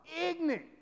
ignorant